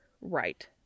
Right